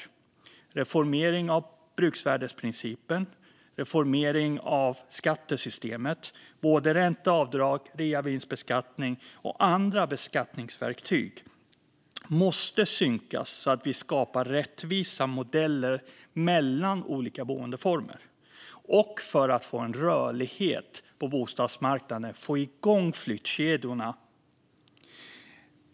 Det handlar om reformering av bruksvärdesprincipen och reformering av skattesystemet. Både ränteavdrag, reavinstbeskattning och andra beskattningsverktyg måste synkas så att vi skapar rättvisa modeller mellan olika boendeformer och för att vi ska få en rörlighet på bostadsmarknaden och få igång flyttkedjorna.